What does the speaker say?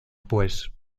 pues